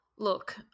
look